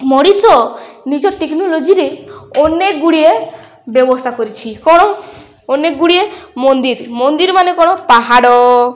ମଣିଷ ନିଜ ଟେକ୍ନୋଲୋଜିରେ ଅନେକ ଗୁଡ଼ିଏ ବ୍ୟବସ୍ଥା କରିଛି କ'ଣ ଅନେକ ଗୁଡ଼ିଏ ମନ୍ଦିର ମନ୍ଦିର ମାନେ କ'ଣ ପାହାଡ଼